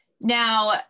now